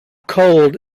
cold